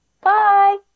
Bye